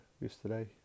yesterday